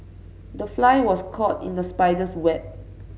the fly was caught in the spider's web